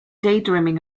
daydreaming